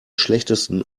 schlechtesten